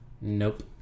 nope